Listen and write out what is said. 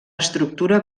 estructura